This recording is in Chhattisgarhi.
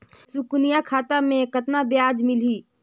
सुकन्या खाता मे कतना ब्याज मिलही?